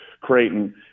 Creighton